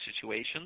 situations